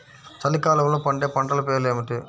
చలికాలంలో పండే పంటల పేర్లు ఏమిటీ?